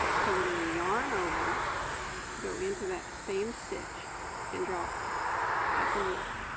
so we're going to yarn over go into that same stitch and draw up a loop